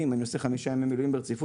ואם אני עושה חמישה ימי מילואים ברציפות,